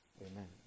Amen